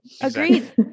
Agreed